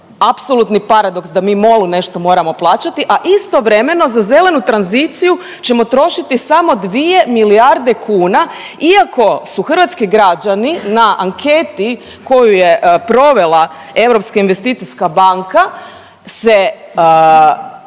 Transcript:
apsolutni paradoks da mi MOL-u nešto moramo plaćati, a istovremeno za zelenu tranziciju ćemo trošiti samo dvije milijarde kuna, iako su hrvatski građani na anketi koju je provela Europska investicijska banka se